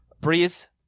Breeze